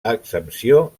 exempció